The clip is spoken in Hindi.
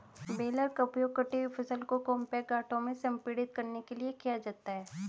बेलर का उपयोग कटी हुई फसल को कॉम्पैक्ट गांठों में संपीड़ित करने के लिए किया जाता है